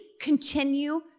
continue